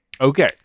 Okay